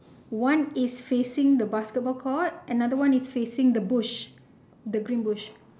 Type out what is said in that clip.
one is facing the basketball court another one is facing the bush the green bush